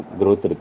growth